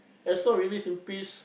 as long we live in peace